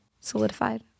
solidified